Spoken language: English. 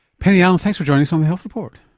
penny allen, thanks for joining us on the health report.